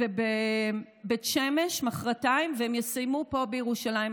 בבית שמש מוחרתיים, והם יסיימו פה, בירושלים.